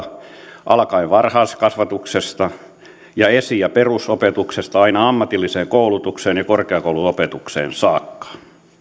laadukasta opetusta alkaen varhaiskasvatuksesta ja esi ja perusopetuksesta aina ammatilliseen koulutukseen ja korkeakouluopetukseen saakka